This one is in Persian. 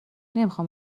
نمیخام